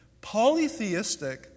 polytheistic